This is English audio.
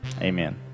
Amen